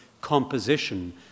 composition